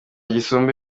gisumba